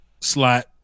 Slot